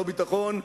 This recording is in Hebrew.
לא ביטחון,